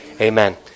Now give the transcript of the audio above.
Amen